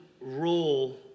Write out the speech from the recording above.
role